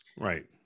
Right